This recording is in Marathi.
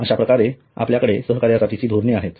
अश्याप्रकारे आपल्याकडे सहकार्यासाठीची धोरणे आहेत